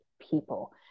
people